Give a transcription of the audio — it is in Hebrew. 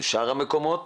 בשאר המקומות,